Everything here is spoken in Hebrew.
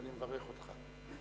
ואני מברך אותך.